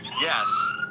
yes